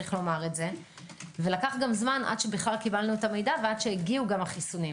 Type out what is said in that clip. גם לקח זמן עד שקיבלנו בכלל את המידע ועד שהגיעו החיסונים.